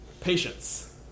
Patience